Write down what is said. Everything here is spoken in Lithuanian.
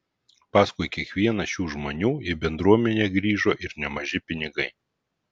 paskui kiekvieną šių žmonių į bendruomenę grįžo ir nemaži pinigai